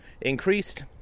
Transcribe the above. increased